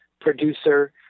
producer